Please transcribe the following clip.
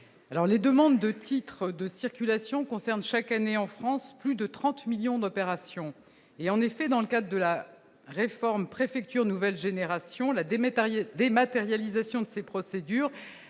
les demandes de titres de circulation concerne chaque année en France, plus de 30 millions d'opérations et en effet, dans le cas de la réforme préfecture nouvelle génération là des médailles dématérialisation de ces procédures,